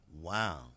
Wow